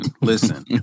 listen